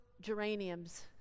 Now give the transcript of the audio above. geraniums